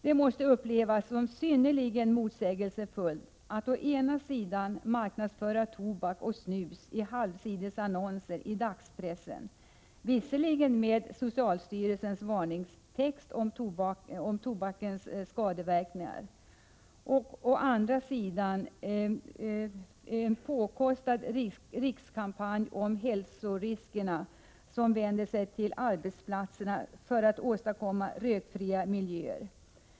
Det måste upplevas som synnerligen motsägelsefullt att å ena sidan marknadsföra tobak och snus i halvsidesannonser i dagspressen — visserligen med socialstyrelsens varningstext om tobakens skadeverkningar — och å andra sidan delta i en påkostad rikskampanj om hälsoriskerna som vänder sig till arbetsplatserna för att åstadkomma rökfria miljöer.